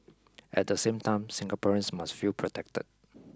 at the same time Singaporeans must feel protected